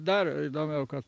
dar įdomiau kad